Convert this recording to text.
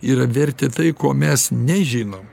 yra vertė tai ko mes nežinom